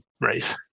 race